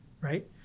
right